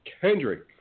Kendrick